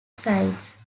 sides